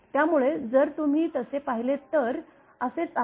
त्यामुळे जर तुम्ही तसे पाहिले तर असेच आहे